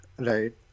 right